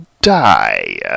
die